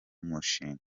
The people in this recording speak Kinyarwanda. mushinga